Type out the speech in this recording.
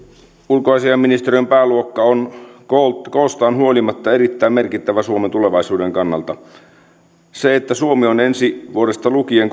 ulkoasiainministeriön pääluokka on koostaan huolimatta erittäin merkittävä suomen tulevaisuuden kannalta se että suomi on ensi vuodesta lukien